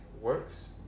works